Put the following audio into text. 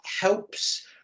helps